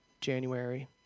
January